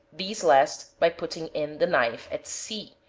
these last by putting in the knife at c,